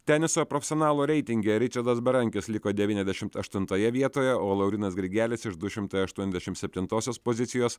teniso profesionalų reitinge ričardas berankis liko devyniasdešimt aštuntoje vietoje o laurynas grigelis iš du šimtai aštuoniasdešim septintosios pozicijos